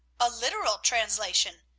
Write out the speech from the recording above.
a literal translation,